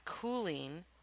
cooling